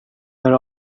hör